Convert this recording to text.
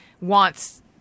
wants –